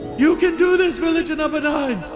you can do this villager nine,